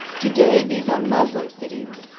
today these are muslim cities,